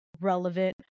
relevant